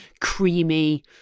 creamy